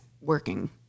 working